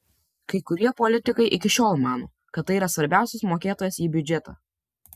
kai kurie politikai iki šiol mano kad tai yra svarbiausias mokėtojas į biudžetą